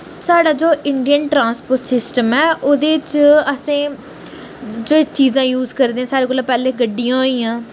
साढ़ा जो Indian transport system ऐ ओह्दे च असें जो चीज़ां यूज़ करदे सारे कोला पैह्ले गड्डियां होई गेइयां